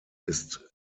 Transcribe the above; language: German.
ist